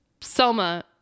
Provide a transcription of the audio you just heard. Selma